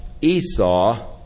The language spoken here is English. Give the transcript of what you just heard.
Esau